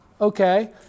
Okay